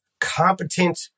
competent